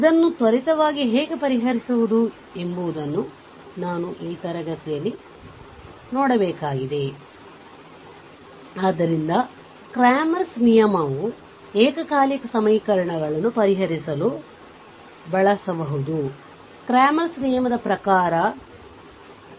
ಇದನ್ನು ತ್ವರಿತವಾಗಿ ಹೇಗೆ ಪರಿಹರಿಸಬಹುದು ಎಂಬುದನ್ನು ನಾನು ಆ ತರಗತಿಯನ್ನು ನೋಡಬೇಕಾಗಿದೆ ಆದ್ದರಿಂದ ಕ್ರೇಮರ್ಸ್ ನಿಯಮವುCramer's rule ಏಕಕಾಲಿಕ ಸಮೀಕರಣಗಳನ್ನು ಪರಿಹರಿಸಲು ಬಳಸಬಹುದು ಕ್ರಮರ್ಸ್ ನಿಯಮದ ಪ್ರಕಾರ 2